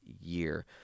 year